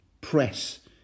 press